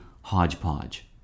hodgepodge